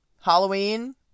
Halloween